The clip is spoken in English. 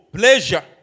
pleasure